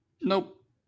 Nope